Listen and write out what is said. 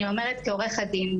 אני אומרת כעורכת דין,